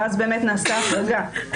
ואז באמת נעשתה החרגה.